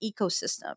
ecosystem